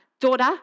daughter